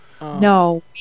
No